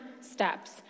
steps